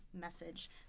message